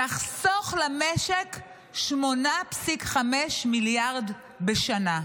נחסוך למשק 8.5 מיליארד בשנה.